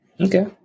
Okay